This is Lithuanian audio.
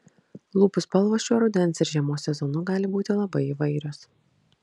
lūpų spalvos šiuo rudens ir žiemos sezonu gali būti labai įvairios